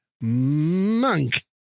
monk